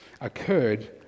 occurred